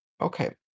Okay